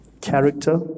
Character